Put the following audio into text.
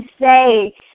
say